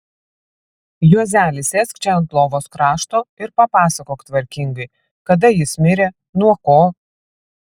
juozeli sėsk čia ant lovos krašto ir papasakok tvarkingai kada jis mirė nuo ko